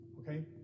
okay